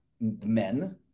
men